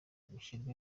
bishyirwa